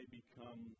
become